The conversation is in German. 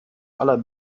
aller